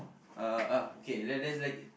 uh ah okay let's let's like